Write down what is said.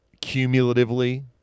cumulatively